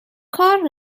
کار